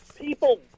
people